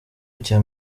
icya